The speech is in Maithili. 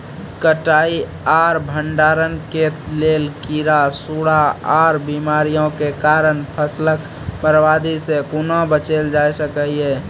कटाई आर भंडारण के लेल कीड़ा, सूड़ा आर बीमारियों के कारण फसलक बर्बादी सॅ कूना बचेल जाय सकै ये?